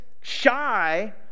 shy